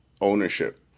ownership